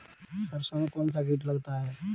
सरसों में कौनसा कीट लगता है?